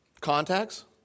contacts